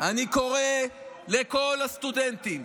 אבל כבר משרד החינוך,